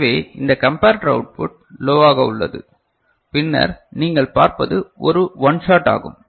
எனவே இந்த comparator output லோவாக உள்ளது பின்னர் நீங்கள் பார்ப்பது ஒரு ஒன் ஷாட் ஆகும்